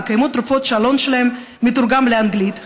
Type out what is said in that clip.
וקיימות תרופות שהעלון שלהן מתורגם לאנגלית,